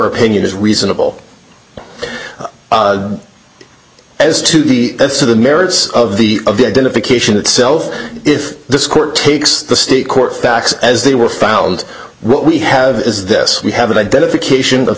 opinion is reasonable as to the sort of merits of the of the identification itself if this court takes the state court facts as they were found what we have is this we have an identification of